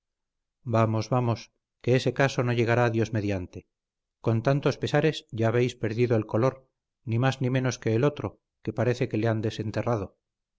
vamos vamos que ese caso no llegará dios mediante con tantos pesares ya habéis perdido el color ni más ni menos que el otro que parece que le han desenterrado